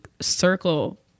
circle